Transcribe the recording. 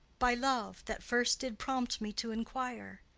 by love, that first did prompt me to enquire.